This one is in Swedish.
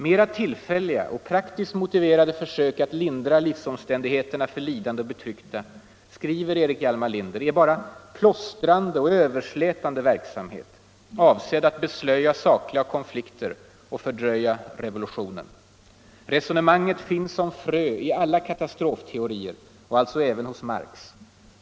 Mera tillfälliga och praktiskt motiverade försök att lindra livsomständigheterna för lidande och betryckta, skriver Erik Hjalmar Linder, ”är bara ”plåstrade" och ”överslätande” verksamhet, avsedd att beslöja sakliga konflikter och fördröja revolutionen. Resonemanget finns som frö i alla katastrofteorier och alltså även hos Marx.